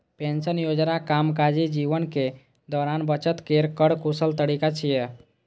pension योजना कामकाजी जीवनक दौरान बचत केर कर कुशल तरीका छियै